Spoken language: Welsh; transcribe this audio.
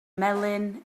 melyn